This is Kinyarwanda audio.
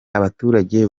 abaturage